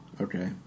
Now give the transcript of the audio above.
Okay